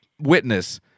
witness